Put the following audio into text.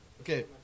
Okay